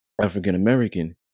African-American